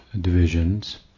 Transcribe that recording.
divisions